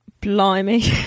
blimey